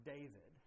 David